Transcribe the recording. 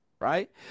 Right